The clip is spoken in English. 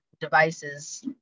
devices